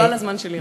לא על הזמן שלי.